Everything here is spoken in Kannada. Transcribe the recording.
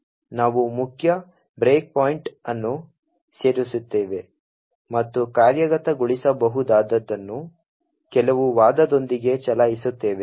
ನಾವು ಮುಖ್ಯ ಬ್ರೇಕ್ಪಾಯಿಂಟ್ ಅನ್ನು ಸೇರಿಸುತ್ತೇವೆ ಮತ್ತು ಕಾರ್ಯಗತಗೊಳಿಸಬಹುದಾದದನ್ನು ಕೆಲವು ವಾದದೊಂದಿಗೆ ಚಲಾಯಿಸುತ್ತೇವೆ